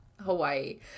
Hawaii